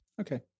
Okay